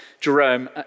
Jerome